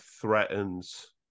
threatens